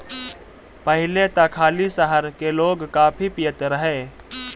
पहिले त खाली शहर के लोगे काफी पियत रहे